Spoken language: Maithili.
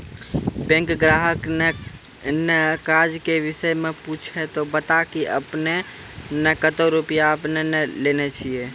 बैंक ग्राहक ने काज के विषय मे पुछे ते बता की आपने ने कतो रुपिया आपने ने लेने छिए?